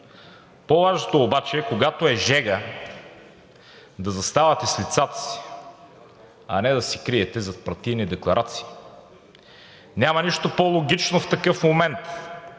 По-важното обаче е, когато е жега да заставате с лицата си, а не да се криете зад партийни декларации. Няма нищо по-логично в такъв момент